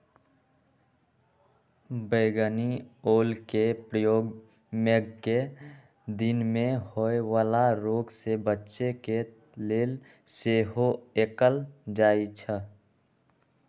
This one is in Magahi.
बइगनि ओलके प्रयोग मेघकें दिन में होय वला रोग से बच्चे के लेल सेहो कएल जाइ छइ